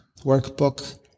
workbook